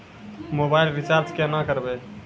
Mobile recharge केना करबै?